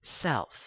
self